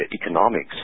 economics